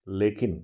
लेकिन